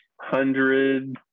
hundred